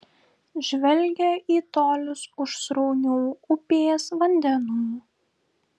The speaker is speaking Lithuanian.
žvelgia į tolius už sraunių upės vandenų